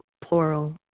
plural